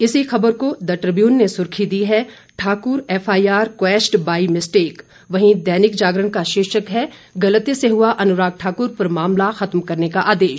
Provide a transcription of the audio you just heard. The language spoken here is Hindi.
इसी ख़बर को द ट्रिब्यून ने सुर्खी दी है Thakur FIR quashed by mistake वहीं दैनिक जागरण का शीर्षक है गलती से हुआ अनुराग ठाकुर पर मामला खत्म करने का आदेश